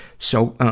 so, ah,